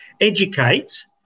educate